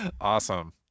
awesome